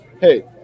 Hey